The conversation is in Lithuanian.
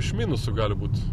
iš minusų gali būt